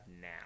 now